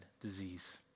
disease